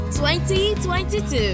2022